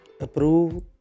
approve